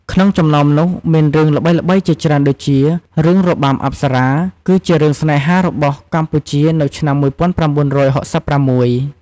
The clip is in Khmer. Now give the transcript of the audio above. ក្នុងចំណោមនោះមានរឿងល្បីៗជាច្រើនដូចជា រឿងរបាំអប្សរា គឺជារឿងស្នេហារបស់កម្ពុជានៅឆ្នាំំំ១៩៦៦។